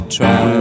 try